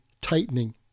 tightening